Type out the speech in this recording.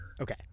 Okay